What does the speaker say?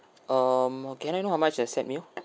um can I know how much a set meal